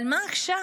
אבל מה עכשיו?